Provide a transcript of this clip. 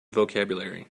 vocabulary